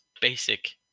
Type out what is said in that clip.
basic